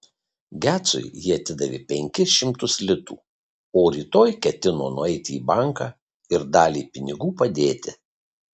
gecui ji atidavė penkis šimtus litų o rytoj ketino nueiti į banką ir dalį pinigų padėti